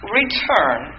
return